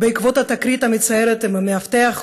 בעקבות התקרית המצערת עם המאבטח,